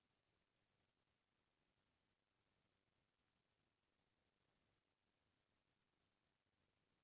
micro finance company ह गाँव गाँव म जाके ओमन ल आघू बड़हाय के काम करे हे